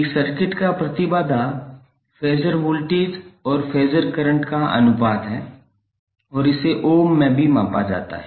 एक सर्किट का प्रतिबाधा फ़ैसर वोल्टेज और फ़ैसर करंट का अनुपात है और इसे ओम में भी मापा जाता है